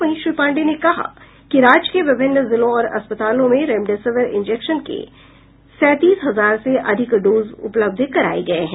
वहीं श्री पांडेय ने कहा कि राज्य के विभिन्न जिलों और अस्पतालों में रेमडेसिविर इजेंक्शन के सैंतीस हजार से अधिक डोज उपलब्ध कराये गये हैं